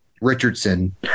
Richardson